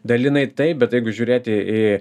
dalinai taip bet jeigu žiūrėti į